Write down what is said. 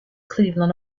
cleveland